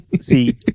See